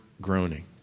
groaning